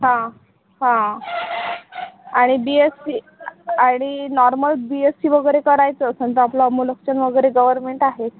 हां हां आणि बी एससी आणि नार्मल बी एससी वगैरे करायचं असेल तर आपला अमोलकचंद वगैरे गवरमेंट आहेच